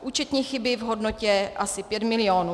Účetní chyby v hodnotě asi 5 milionů.